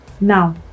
now